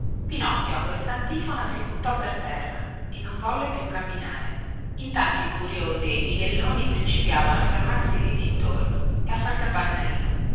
pinocchio a questa antifona si buttò per terra e non volle più camminare intanto i curiosi e i bighelloni principiavano a fermarsi lì dintorno e a far capannello